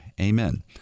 Amen